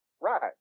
right